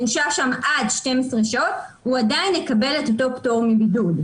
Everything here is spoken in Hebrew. הוא שהה שם עד 12 שעות הוא עדיין יקבל את אותו פטור מבידוד.